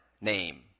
name